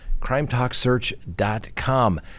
crimetalksearch.com